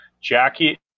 Jackie